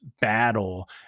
battle